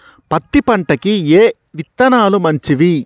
పత్తి పంటకి ఏ విత్తనాలు మంచివి?